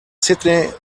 sydney